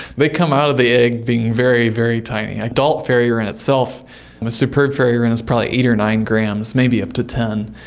they come out of the egg being very, very tiny. an adult fairy wren itself, a superb fairy wren is probably eight or nine grams, maybe up to ten,